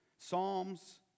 Psalms